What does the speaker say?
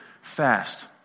fast